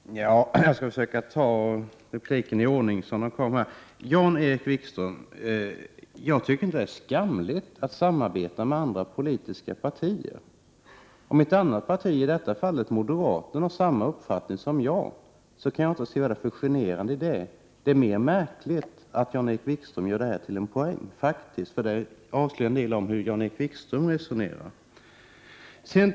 Herr talman! Jag skall försöka bemöta inläggen i den ordning de hölls. Jan-Erik Wikström, jag tycker inte att det är skamligt att samarbeta med andra politiska partier. Om ett annat parti, i detta fall moderaterna, har samma uppfattning som jag kan jag inte inse att det är något generande i detta förhållande. Det är faktiskt mer märkligt att Jan-Erik Wikström gör detta till en poäng. Det avslöjar nämligen en del om hur Jan-Erik Wikström resonerar.